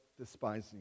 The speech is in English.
despising